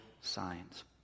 signs